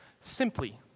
simply